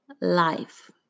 life